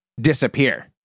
disappear